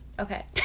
Okay